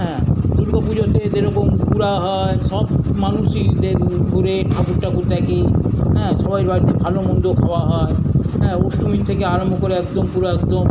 হ্যাঁ দুর্গা পুজোতে যেরকম ঘুরা হয় সব মানুষই এঞ্জয় করে ঠাকুর টাকুর দেখে হ্যাঁ সবাই কয়েক দিন ভালো মন্দ খাওয়া হয় হ্যাঁ অষ্টমীর থেকে আরাম্ভ করে একদম পুরো একদম